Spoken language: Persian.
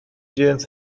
جنس